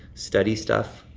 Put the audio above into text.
study stuff,